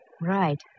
Right